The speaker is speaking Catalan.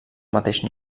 mateix